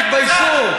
תתביישו.